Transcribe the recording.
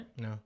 No